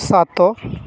ସାତ